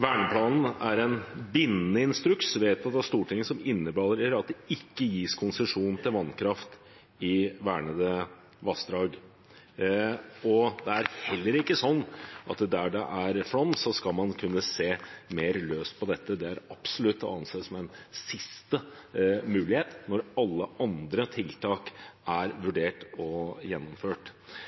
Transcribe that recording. verneplanen er en bindende instruks vedtatt av Stortinget som innebærer at det ikke gis konsesjon til vannkraft i vernede vassdrag. Det er heller ikke sånn at der det er flom, skal man kunne se mer løst på dette, det er absolutt å anse som en siste mulighet når alle andre tiltak er vurdert og gjennomført.